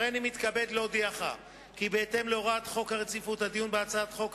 הריני מתכבד להודיעך כי בהתאם להוראות חוק רציפות הדיון בהצעות חוק,